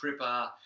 Cripper